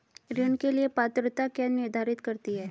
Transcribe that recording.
ऋण के लिए पात्रता क्या निर्धारित करती है?